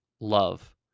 love